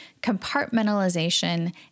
compartmentalization